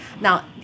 Now